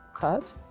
cut